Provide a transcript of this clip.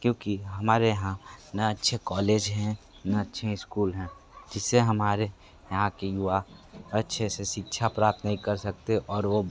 क्योंकि हमारे यहाँ ना अच्छे कॉलेज हैं ना अच्छें स्कूल हैं जिससे हमारे यहाँ के युवा अच्छे से शिक्षा प्राप्त नहीं कर सकते और वो